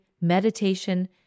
meditation